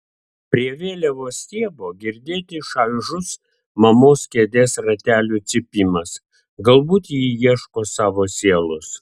prie vėliavos stiebo girdėti šaižus mamos kėdės ratelių cypimas galbūt ji ieško savo sielos